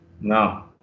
No